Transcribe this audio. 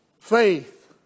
Faith